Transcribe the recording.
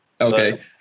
Okay